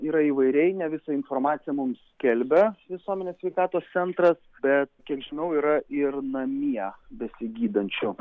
yra įvairiai ne visą informaciją mums skelbia visuomenės sveikatos centras bet kiek žinau yra ir namie besigydančių